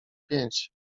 pięć